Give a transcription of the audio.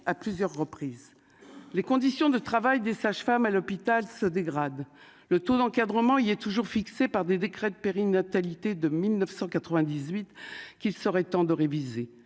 à plusieurs reprises les conditions de travail des sages-femmes à l'hôpital se dégrade le taux d'encadrement, il est toujours fixé par des décrets de périnatalité de 1998 qu'il serait temps de réviser